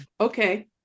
okay